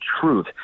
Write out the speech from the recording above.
truth